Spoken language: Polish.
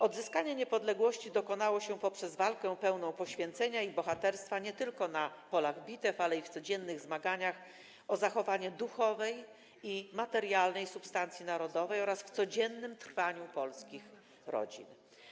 Odzyskanie niepodległości dokonało się poprzez walkę pełną poświęcenia i bohaterstwa nie tylko na polach bitew, ale i w codziennych zmaganiach o zachowanie duchowej i materialnej substancji narodowej oraz w codziennym trwaniu polskich rodzin.